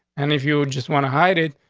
and if you just want to hide it,